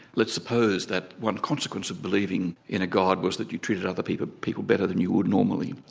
let's suppose that one consequence of believing in a god was that you treated other people people better than you would normally.